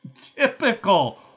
Typical